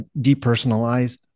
depersonalized